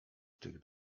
tych